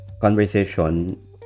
conversation